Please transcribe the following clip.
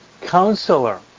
counselor